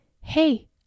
Hey